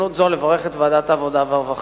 אני רוצה בהזדמנות זו לברך את ועדת העבודה והרווחה.